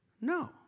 No